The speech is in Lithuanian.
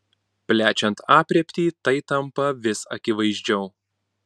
plečiant aprėptį tai tampa vis akivaizdžiau